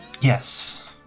Yes